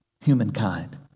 humankind